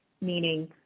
meaning